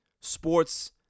sports